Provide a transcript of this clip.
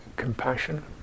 Compassion